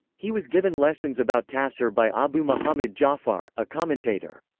he was given lessons about tafsir by abu muhammad ja'far, a commentator.